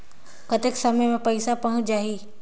कतेक समय मे पइसा पहुंच जाही?